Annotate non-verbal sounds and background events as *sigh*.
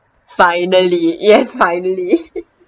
finally yes finally *laughs*